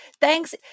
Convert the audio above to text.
Thanks